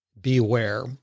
beware